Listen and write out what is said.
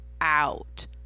out